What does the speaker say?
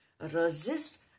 Resist